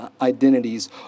identities